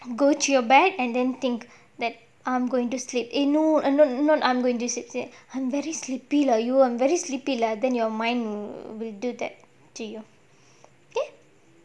go to your bed and then think that I'm going to sleep eh no eh not I'm going to sleep I'm very sleepy lah you I'm very sleepy lah then your mind will do that to you